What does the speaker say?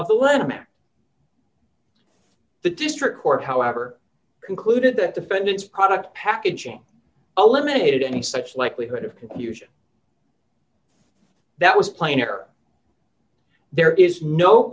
one the district court however concluded that defendants product packaging eliminated any such likelihood of confusion that was plainer there is no